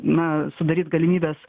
na sudaryt galimybes